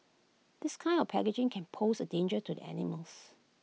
this kind of packaging can pose A danger to the animals